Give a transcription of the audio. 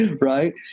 Right